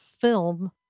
film